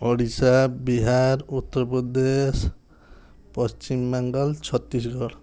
ଓଡ଼ିଶା ବିହାର ଉତ୍ତରପ୍ରଦେଶ ପଶ୍ଚିମ ବେଙ୍ଗଲ ଛତିଶଗଡ଼